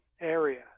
area